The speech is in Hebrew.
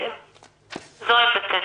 זו עמדתנו.